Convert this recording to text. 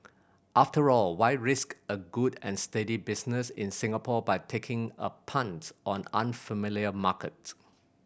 after all why risk a good and steady business in Singapore by taking a punt on an unfamiliar market